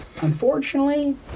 Unfortunately